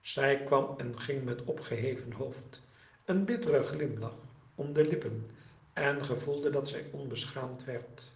zij kwam en ging met opgeheven hoofd een bitteren glimlach om de lippen en gevoelde dat zij onbeschaamd werd